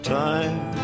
time